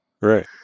Right